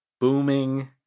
booming